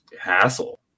hassle